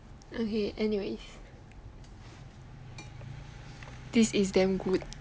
okay anyways this is damn good